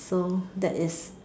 so that is